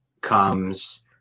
comes